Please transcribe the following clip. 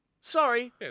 Sorry